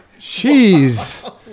Jeez